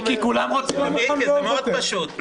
מיקי, כולם רוצים --- מיקי, זה מאוד פשוט.